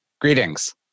Greetings